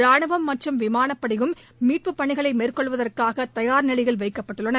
ரானுவம் மற்றும் விமானப் படையும் மீட்பு பணிகளை மேற்கொள்வதற்காக தயார் நிலையில் வைக்கப்பட்டுள்ளனர்